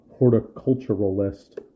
Horticulturalist